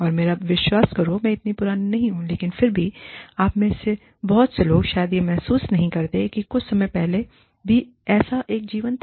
और मेरा विश्वास करो मैं इतनी उतनी पुरानी नहीं हूं लेकिन फिर भी आप में से बहुत से लोग शायद यह महसूस नहीं करते हैं कि कुछ समय पहले भी ऐसा ही एक जीवन था